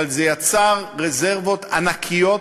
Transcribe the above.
אבל זה יצר רזרבות ענקיות